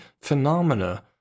phenomena